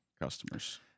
customers